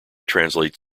translate